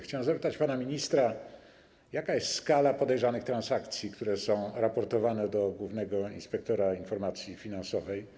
Chciałem zapytać pana ministra, jaka jest skala podejrzanych transakcji, które są raportowane do głównego inspektora informacji finansowej.